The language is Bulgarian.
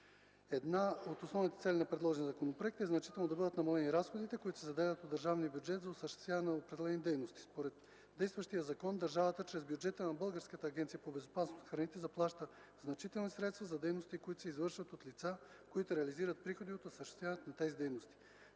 Една от основните цели на предложения законопроект е значително да бъдат намалени разходите, които се заделят от държавния бюджет за осъществяване на определени дейности. Според действащия закон, държавата, чрез бюджета на Българската агенция по безопасност на храните, заплаща значителни средства за дейности, които се извършват от лица, които реализират приходи от осъществяването на тези дейности.